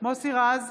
מוסי רז,